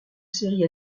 série